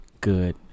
Good